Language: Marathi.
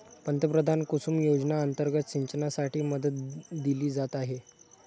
पंतप्रधान कुसुम योजना अंतर्गत सिंचनासाठी मदत दिली जात आहे